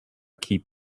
keep